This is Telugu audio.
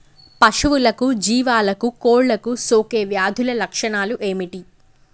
పశువులకు జీవాలకు కోళ్ళకు సోకే వ్యాధుల లక్షణాలు ఏమిటి?